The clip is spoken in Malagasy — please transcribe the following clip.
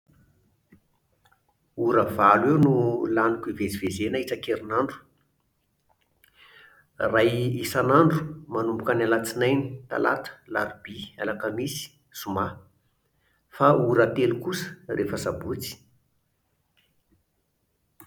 Ora valo eo no laniko hivezivezena isankerinandro. Iray isanandro manomboka ny Alatsinainy, Talata, Alarobia, Alakamisy, Zoma. Fa ora telo kosa rehefa Sabotsy